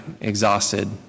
exhausted